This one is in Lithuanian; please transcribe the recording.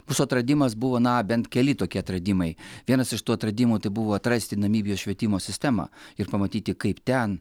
mūsų atradimas buvo na bent keli tokie atradimai vienas iš tų atradimų tai buvo atrasti namibijos švietimo sistemą ir pamatyti kaip ten